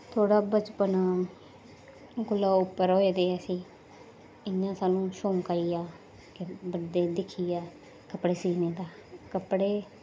थोह्ड़ा बचपन कोला उप्पर होए दे असीं इ'यां सानूं शौंक आई गेआ कि बंदे गी दिक्खियै कपड़े सीनें दा कपड़े